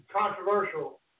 controversial